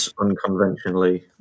unconventionally